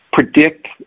predict